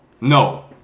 No